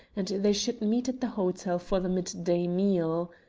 and they should meet at the hotel for the midday meal.